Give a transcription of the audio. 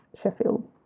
Sheffield